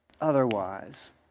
otherwise